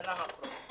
בשנה האחרונה.